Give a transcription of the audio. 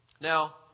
Now